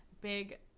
big